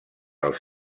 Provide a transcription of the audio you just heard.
als